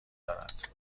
دارد